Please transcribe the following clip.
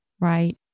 right